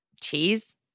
Cheese